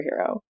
superhero